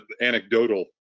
anecdotal